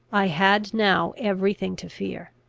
i had now every thing to fear.